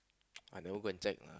I never go and check lah